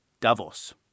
Davos